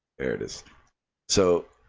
pair there's so